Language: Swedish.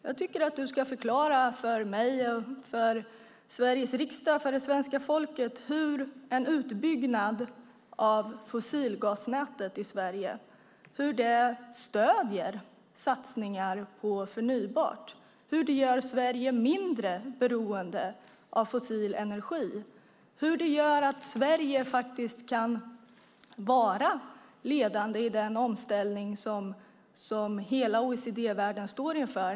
Jag tycker att du ska förklara för mig, för Sveriges riksdag och för det svenska folket hur en utbyggnad av fossilgasnätet i Sverige stöder satsningar på förnybart. Hur gör det Sverige mindre beroende av fossil energi? Hur gör det att Sverige kan vara ledande i den omställning som hela OECD-världen står inför?